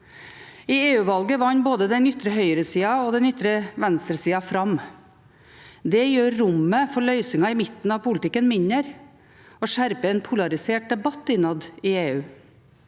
I EU-valget vant både den ytre høyresiden og den ytre venstresiden fram. Det gjør rommet for løsninger i midten av politikken mindre og skjerper en polarisert debatt innad i EU.